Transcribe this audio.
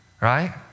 right